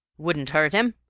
wouldn't hurt him.